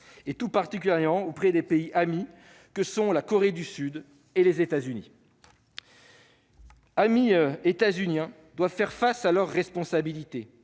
tout particulièrement le faire auprès des pays amis que sont la Corée du Sud et les États-Unis. Nos amis états-uniens doivent faire face à leurs responsabilités